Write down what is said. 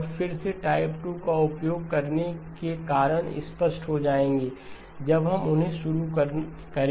और फिर से टाइप 2 का उपयोग करने के कारण स्पष्ट हो जाएंगे जब हम उन्हें करना शुरू करेंगे